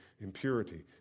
impurity